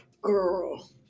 Girl